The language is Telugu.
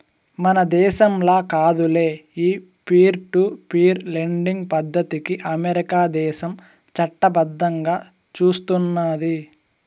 మన దేశంల కాదులే, ఈ పీర్ టు పీర్ లెండింగ్ పద్దతికి అమెరికా దేశం చట్టబద్దంగా సూస్తున్నాది